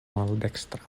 maldekstra